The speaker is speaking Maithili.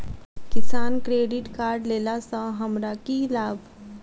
किसान क्रेडिट कार्ड लेला सऽ हमरा की लाभ?